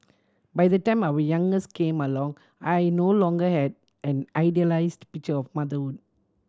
by the time our youngest came along I no longer had an idealised picture of motherhood